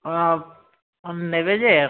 ହଁ ନେବେ ଯେ